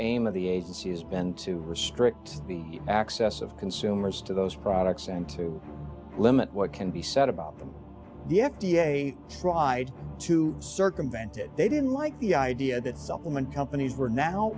aim of the agency has been to restrict the access of consumers to those products and to limit what can be said about them the f d a tried to circumvent it they didn't like the idea that supplement companies were now